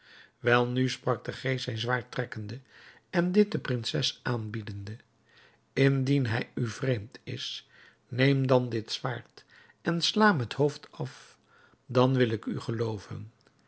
welnu sprak de geest zijn zwaard trekkende en dit de prinses aanbiedende indien hij u vreemd is neem dan dit zwaard en sla hem het hoofd af dan wil ik u geloovenhelaas